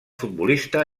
futbolista